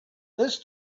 this